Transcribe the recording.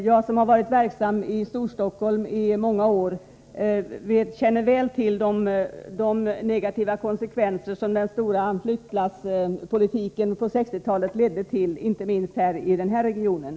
Jag som har varit verksam i Storstockholm i många år känner väl till de negativa konsekvenser som flyttlasspolitiken på 1960-talet ledde till, inte minst i den här regionen.